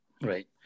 right